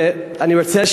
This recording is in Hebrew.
ואני רוצה,